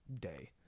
day